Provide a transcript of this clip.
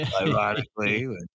ironically